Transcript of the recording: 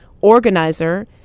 organizer